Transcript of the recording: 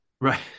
Right